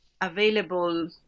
available